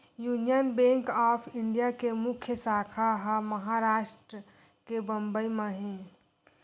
union Bank of India के मुख्य साखा ह महारास्ट के बंबई म हे